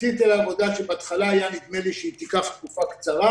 עשיתי עליו עבודה שבהתחלה היה נדמה לי שהיא תיקח תקופה קצרה,